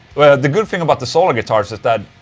well, the good thing about the solar guitars is that.